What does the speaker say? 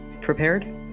prepared